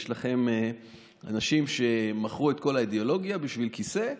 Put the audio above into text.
יש לכם אנשים שמכרו את כל האידיאולוגיה בשביל כיסא,